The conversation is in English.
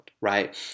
right